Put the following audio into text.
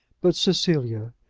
but cecilia,